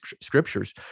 scriptures